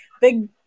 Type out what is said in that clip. Big